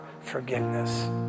forgiveness